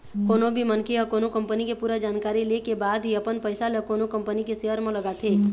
कोनो भी मनखे ह कोनो कंपनी के पूरा जानकारी ले के बाद ही अपन पइसा ल कोनो कंपनी के सेयर म लगाथे